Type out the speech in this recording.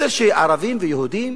מסר שערבים ויהודים,